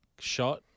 Shot